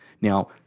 Now